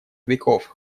веков